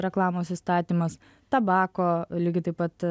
reklamos įstatymas tabako lygiai taip pat